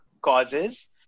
causes